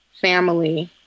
family